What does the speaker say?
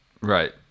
right